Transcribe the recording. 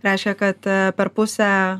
reiškia kad per pusę